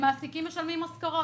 מעסיקים ישלמו משכורות.